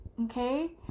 Okay